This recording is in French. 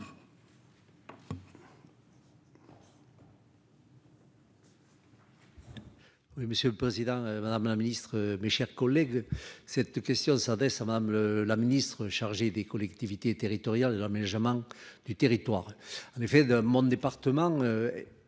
monsieur le président, madame la ministre, mes chers collègues, cette question s'adresse à Madame le la ministre chargée des collectivités territoriales de l'aménagement du territoire en effet de mon département.